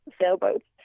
sailboats